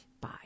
Bye